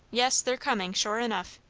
yes, they're coming, sure enough.